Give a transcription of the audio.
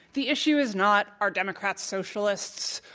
the issue is not are democrats socialists?